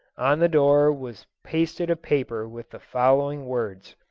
on the door was pasted a paper with the following words,